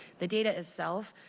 the data itself